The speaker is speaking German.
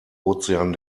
ozean